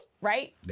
Right